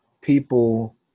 people